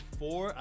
four